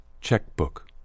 Checkbook